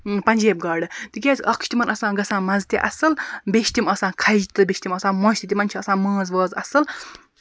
پَنجٲبۍ گاڈٕ تِکیازِ اکھ چھُ تِمن آسان گژھان مَزٕ تہِ اَصٕل بیٚیہِ چھِ تِم آسان کھجہِ تہٕ بیٚیہِ چھِ تِم آسان مۄچہِ تہِ تِمن چھِ آسان ماز واز اَصٕل